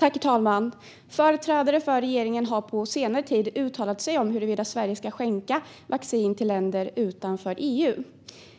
Herr talman! Företrädare för regeringen har på senare tid uttalat sig om huruvida Sverige ska skänka vaccin till länder utanför EU.